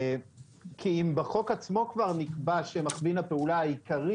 כי אם בחוק עצמו כבר נקבע שמכווין הפעולה העיקרי